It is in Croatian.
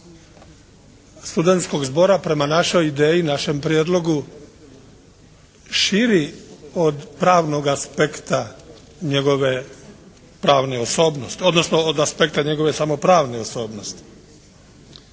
studenskog zbora prema našoj ideji, našem prijedlogu širi od pravnog aspekta njegove pravne osobnosti, odnosno od aspekta njegove samo pravne osobnosti.